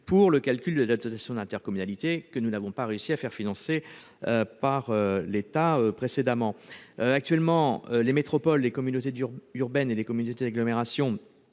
pour le calcul de la dotation d'intercommunalité que nous n'avons pas réussi à faire financer par l'État à l'instant. Les métropoles, les communautés urbaines et les communautés d'agglomération